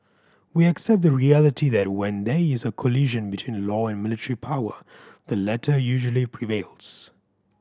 we accept the reality that when there is a collision between law and military power the latter usually prevails